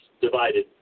divided